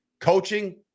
Coaching